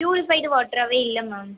purified வாட்ராகவே இல்லை ma'am